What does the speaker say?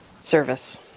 service